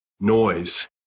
noise